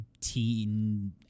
teen